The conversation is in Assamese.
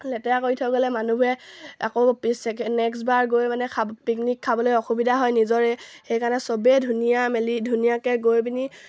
লেতেৰা কৰি থৈ গ'লে মানুহবোৰে আকৌ পিছ চেকেণ্ড নেক্সটবাৰ গৈ মানে খাব পিকনিক খাবলৈ অসুবিধা হয় নিজৰে সেইকাৰণে চবেই ধুনীয়া মেলি ধুনীয়াকৈ গৈ পিনি